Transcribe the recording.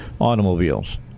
automobiles